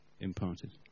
imparted